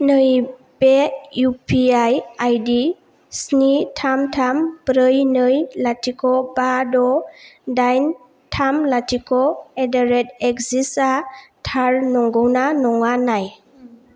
नैबे इउपिआई आइदि स्नि थाम थाम ब्रै नै लाथिख' बा द' दाइन थाम लाथिख' एडारेद एग्जिसआ थार नंगौ ना नङा नाय